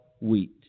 wheat